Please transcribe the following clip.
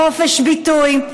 לחופש ביטוי.